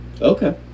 Okay